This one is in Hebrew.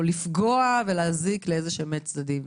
לפגוע או להזיק למי מהצדדים.